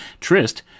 Trist